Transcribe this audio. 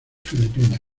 filipinas